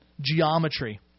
geometry